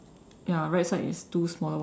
ya right side is two smaller one